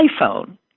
iPhone